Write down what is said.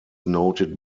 noted